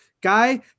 Guy